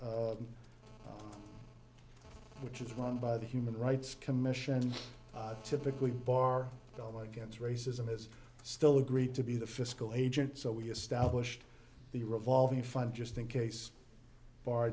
which is run by the human rights commission typically bar the against racism is still agreed to be the fiscal agent so we established the revolving fund just in case bar